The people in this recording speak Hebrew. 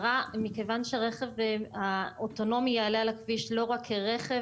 מכיוון שהרכב האוטונומי יעלה על הכביש לא רק כרכב,